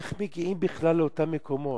איך מגיעים בכלל לאותם מקומות?